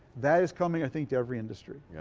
that is coming i think to every industry. yeah